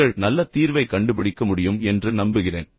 நீங்கள் நல்ல தீர்வை கண்டுபிடிக்க முடியும் என்று நம்புகிறேன்